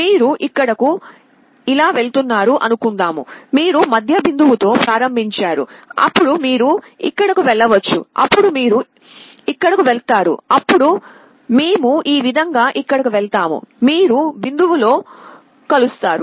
మీరు ఇక్కడకు ఇలా వెళుతున్నారు అనుకుందాముమీరు మధ్య బిందువు తో ప్రారంభించారు అప్పుడు మీరు ఇక్కడకు వెళ్ళవచ్చుఅప్పుడు మీరు ఇక్కడకు వెళతారుఅప్పుడు మేము ఈ విధంగా ఇక్కడకు వెళ్తాముమీరు బిందువు లో కలుస్తారు